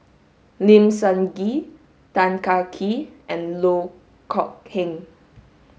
Lim Sun Gee Tan Kah Kee and Loh Kok Heng